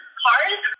cars